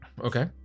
Okay